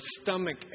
stomach